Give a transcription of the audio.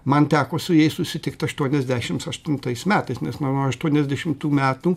man teko su jais susitikt aštuoniasdešims aštuntais metais nes nuo aštuoniasdešimtų metų